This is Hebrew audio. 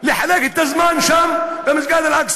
לחלק את הזמן שם, במסגד אל-אקצא.